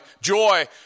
joy